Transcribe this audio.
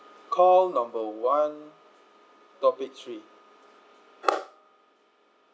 call number one topic three